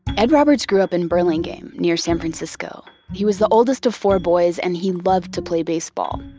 ed roberts grew up in burlingame, near san francisco. he was the oldest of four boys and he loved to play baseball.